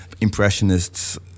impressionists